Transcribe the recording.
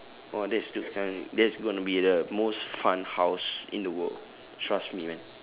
!wah! that's that's gonna be the most fun house in the world trust me man